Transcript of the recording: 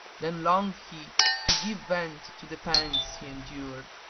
then longed he to give vent to the pangs he endured,